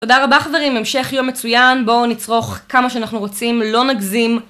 תודה רבה חברים, המשך יום מצוין, בואו נצרוך כמה שאנחנו רוצים, לא נגזים